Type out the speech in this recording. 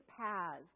paths